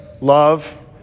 love